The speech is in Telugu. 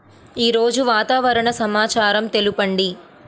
ఈరోజు వాతావరణ సమాచారం తెలుపండి